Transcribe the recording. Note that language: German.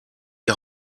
die